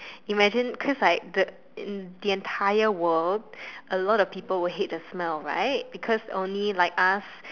imagine cause like the entire world a lot of people would hate the smell right because only like us